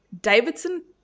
Davidson